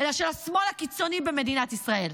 אלא של השמאל הקיצוני במדינת ישראל.